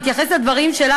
להתייחס לדברים שלך,